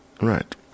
right